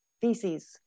feces